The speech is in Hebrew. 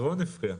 רון הפריע.